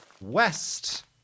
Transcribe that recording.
west